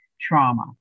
trauma